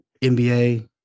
NBA